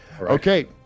Okay